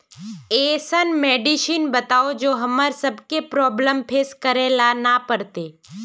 ऐसन मेडिसिन बताओ जो हम्मर सबके प्रॉब्लम फेस करे ला ना पड़ते?